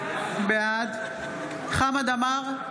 בעד חמד עמאר,